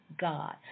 god